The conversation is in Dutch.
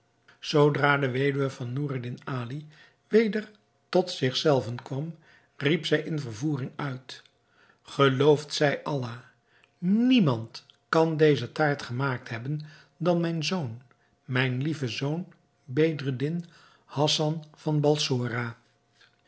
zoodra de weduwe van noureddin ali weder tot zich zelve kwam riep zij in vervoering uit geloofd zij allah niemand kan deze taart gemaakt hebben dan mijn zoon mijn lieve zoon bedreddin hassan van balsora